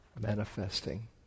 manifesting